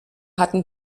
hatten